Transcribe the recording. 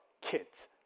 kids